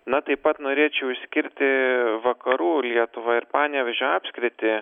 na taip pat norėčiau išskirti vakarų lietuvą ir panevėžio apskritį